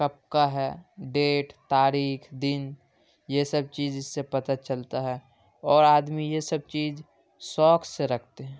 کب کا ہے ڈیٹ تاریخ دن یہ سب چیز اس سے پتہ چلتا ہے اور آدمی یہ سب چیز شوق سے رکھتے ہیں